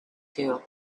two